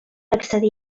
accedir